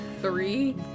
three